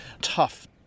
tough